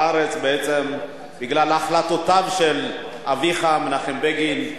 לארץ, בגלל החלטותיו של אביך מנחם בגין,